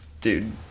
Dude